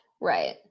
right